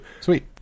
Sweet